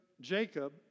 Jacob